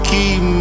Keep